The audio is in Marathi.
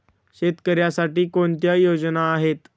शेतकऱ्यांसाठी कोणत्या योजना आहेत?